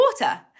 water